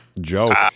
joke